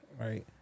Right